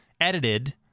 edited